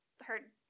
heard